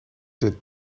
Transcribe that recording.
did